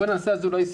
בואו נעשה סדר: